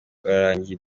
urarangiye